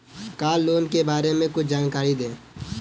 Car loan के बारे में कुछ जानकारी दें?